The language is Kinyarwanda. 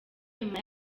nyuma